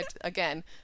Again